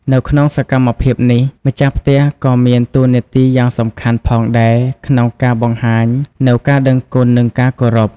នៅក្នុងសកម្មភាពនេះ ម្ចាស់ផ្ទះក៏មានតួនាទីយ៉ាងសំខាន់ផងដែរក្នុងការបង្ហាញនូវការដឹងគុណនិងការគោរព។